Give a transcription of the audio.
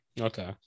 Okay